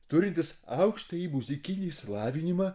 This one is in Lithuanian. turintys aukštąjį muzikinį išsilavinimą